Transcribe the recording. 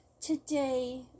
Today